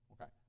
Okay